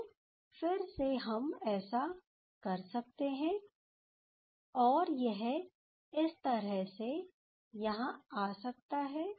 तो फिर से हम ऐसा कर सकते हैं और यह इस तरह से यहां आ सकता है